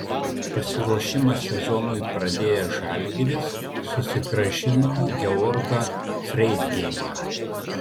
pasiruošimą sezonui pradėjęs žalgiris susigrąžino georgą freidgeimą